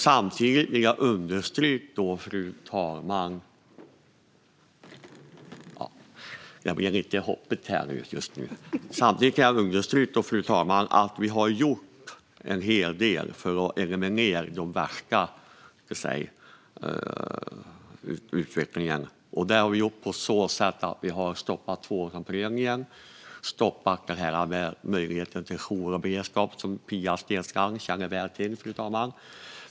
Samtidigt vill jag understryka att vi har gjort en hel del för att eliminera den värsta utvecklingen. Det har vi gjort på så sätt att vi har stoppat tvåårsomprövningen. Vidare har vi stoppat beslutet att ta bort rätten till jour och beredskap, som Pia Steensland känner väl till.